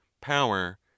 power